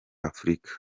afurika